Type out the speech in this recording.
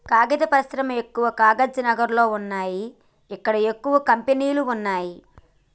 కాగితం పరిశ్రమ ఎక్కవ కాగజ్ నగర్ లో వున్నాయి అక్కడ ఎక్కువ కంపెనీలు వున్నాయ్